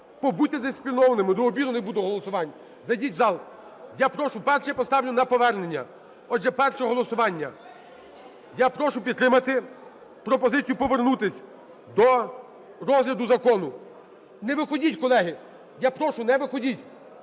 побудьте дисциплінованими, до обіду не буде голосувань. Зайдіть в зал. Я прошу, перший поставлю на повернення. Отже, перше голосування. Я прошу підтримати пропозицію повернутись до розгляду закону. Не виходіть, колеги, я прошу, не виходіть.